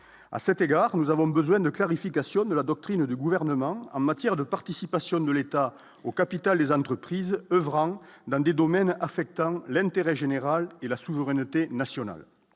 à cet égard, nous avons besoin de clarification de la doctrine du gouvernement en matière de participation de l'État au capital des entreprises oeuvrant dans des domaines affectant l'intérêt général et la souveraineté nationale,